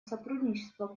сотрудничество